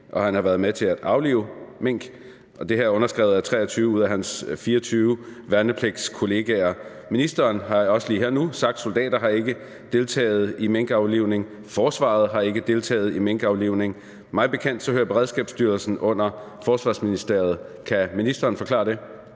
at han har været med til at aflive mink. Og det her er underskrevet af 23 ud af 24 af hans værnepligtskollegaer. Ministeren har også lige sagt her nu, at soldater ikke har deltaget i minkaflivning; at forsvaret ikke har deltaget i minkaflivning. Mig bekendt hører Beredskabsstyrelsen under Forsvarsministeriet. Kan ministeren forklare det?